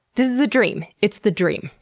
this is the dream! it's the dream.